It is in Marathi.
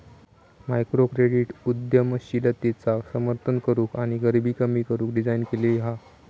मायक्रोक्रेडीट उद्यमशीलतेचा समर्थन करूक आणि गरीबी कमी करू डिझाईन केली हा